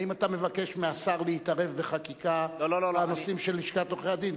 האם אתה מבקש מהשר להתערב בחקיקה בנושאים של לשכת עורכי-הדין?